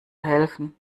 helfen